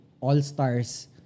all-stars